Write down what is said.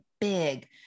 big